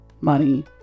money